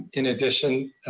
in addition,